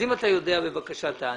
אם אתה יודע, בבקשה תענה.